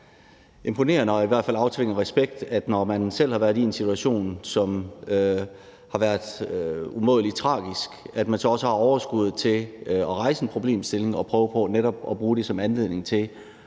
imponerende, og at det i hvert fald aftvinger respekt, at man, når man selv har været i en situation, som har været umådelig tragisk, så også har overskuddet til at rejse en problemstilling og prøver på netop at bruge det som anledning til